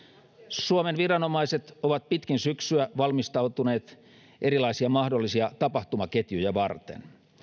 suomen viranomaiset ovat pitkin syksyä valmistautuneet erilaisia mahdollisia tapahtumaketjuja varten